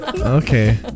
Okay